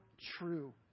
true